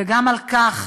וגם על כך,